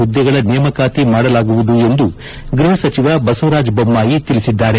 ಹುದ್ದೆಗಳ ನೇಮಕಾತಿ ಮಾಡಲಾಗುವುದು ಎಂದು ಗೃಹ ಸಚಿವ ಬಸವರಾಜ ಬೊಮ್ನಾಯಿ ತಿಳಿಸಿದ್ದಾರೆ